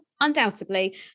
undoubtedly